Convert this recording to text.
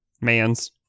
mans